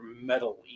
metal